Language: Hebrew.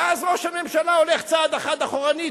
ואז ראש הממשלה הולך צעד אחד אחורנית,